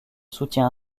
soutien